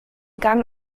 gang